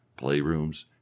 playrooms